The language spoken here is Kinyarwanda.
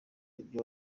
ibyo